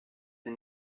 sie